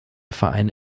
vereine